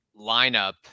lineup